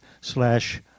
slash